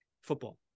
football